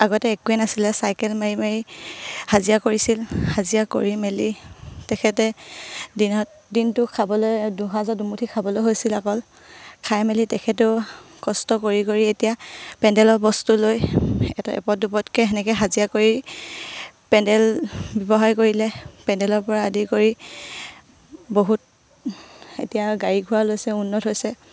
আগতে একোৱে নাছিলে চাইকেল মাৰি মাৰি হাজিৰা কৰিছিল হাজিৰা কৰি মেলি তেখেতে দিনত দিনটো খাবলৈ দুসাজৰ দুমুঠি খাবলৈ হৈছিল অকল খাই মেলি তেখেতেও কষ্ট কৰি কৰি এতিয়া পেণ্ডেলৰ বস্তু লৈ এটা এপদ দুপদকে সেনেকে হাজিৰা কৰি পেণ্ডেল ব্যৱহাৰ কৰিলে পেণ্ডেলৰ পৰা আদি কৰি বহুত এতিয়া গাড়ী ঘোঁৰা লৈছে উন্নত হৈছে